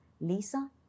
Lisa